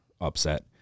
upset